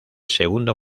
segundo